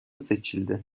seçildi